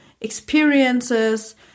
experiences